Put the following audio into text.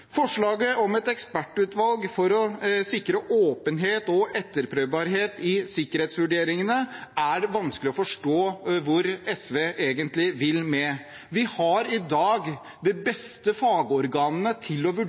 er vanskelig å forstå hvor SV egentlig vil med forslaget om et ekspertutvalg for å sikre åpenhet og etterprøvbarhet i sikkerhetsvurderingene. Vi har i dag de beste fagorganene til å